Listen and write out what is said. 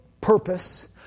purpose